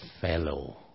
fellow